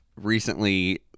recently